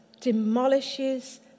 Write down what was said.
demolishes